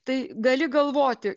tai gali galvoti